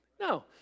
No